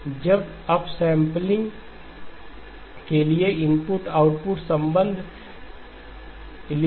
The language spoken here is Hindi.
अब अपसैंपलिंग X2 nx nL के लिए इनपुट आउटपुट संबंध लिखिए